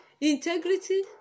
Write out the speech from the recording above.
integrity